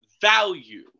value